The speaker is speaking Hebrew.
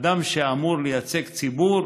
אדם שאמור לייצג ציבור